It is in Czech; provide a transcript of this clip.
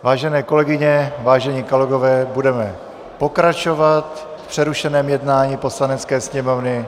Vážené kolegyně, vážení kolegové, budeme pokračovat v přerušeném jednání Poslanecké sněmovny.